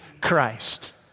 Christ